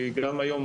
כי גם היום,